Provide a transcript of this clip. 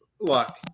look